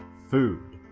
food.